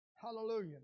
Hallelujah